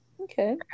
Okay